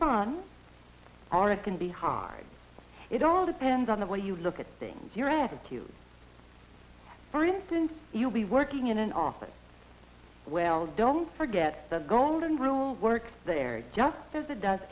fun our it can be hard it all depends on the way you look at things your attitude for instance you'll be working in an office well don't forget the golden rule works there just as it does